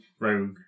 rogue